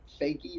fakey